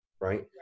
right